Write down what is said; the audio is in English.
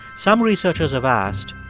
some researchers have asked,